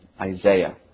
Isaiah